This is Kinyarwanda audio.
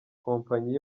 kompanyi